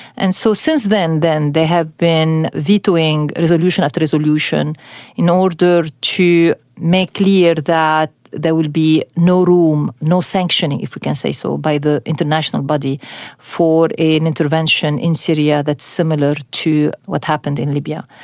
and so since then, then, they have been vetoing resolution after resolution in order to make clear that there will be no room, no sanctioning if we can say so by the international body for an intervention in syria that's similar to what happened in libya.